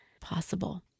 possible